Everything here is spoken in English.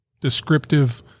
descriptive